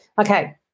Okay